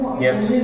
Yes